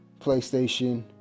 PlayStation